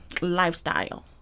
lifestyle